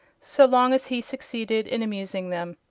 so long as he succeeded in amusing them.